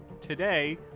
today